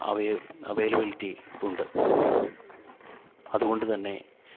availability ഉണ്ട് അതുകൊണ്ട് തന്നെ